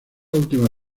última